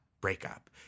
breakup